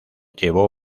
llevó